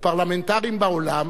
לפרלמנטרים בעולם